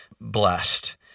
blessed